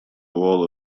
role